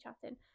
chatting